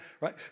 right